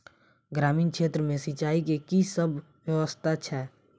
ग्रामीण क्षेत्र मे सिंचाई केँ की सब व्यवस्था छै?